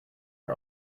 are